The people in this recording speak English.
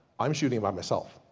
i'm shooting by myself.